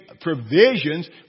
provisions